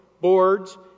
boards